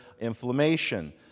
inflammation